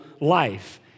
life